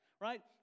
right